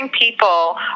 people